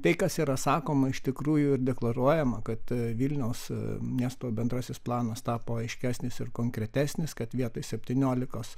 tai kas yra sakoma iš tikrųjų ir deklaruojama kad vilniaus miesto bendrasis planas tapo aiškesnis ir konkretesnis kad vietoj septyniolikos